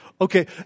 Okay